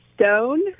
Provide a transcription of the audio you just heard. stone